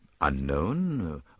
unknown